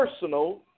personal